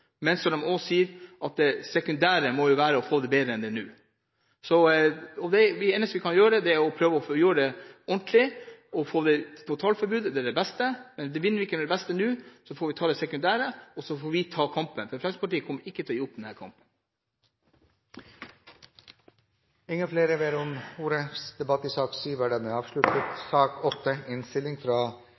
men – som de også sier – det sekundære må være å få det bedre enn det er nå. Det eneste vi kan gjøre, er å prøve å få gjort dette ordentlig – få et totalforbud. Det er det beste. Men vinner vi ikke fram med det beste nå, får vi godta det sekundære. Så får vi ta kampen – Fremskrittspartiet kommer ikke til å gi opp denne kampen. Flere har ikke bedt om ordet til sak